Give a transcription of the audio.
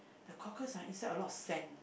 the cockles ah inside a lot of sand you know